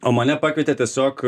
o mane pakvietė tiesiog